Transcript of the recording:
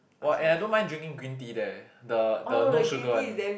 !wah! and I don't mind drinking green tea there the no sugar one